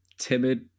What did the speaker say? timid